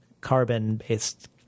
carbon-based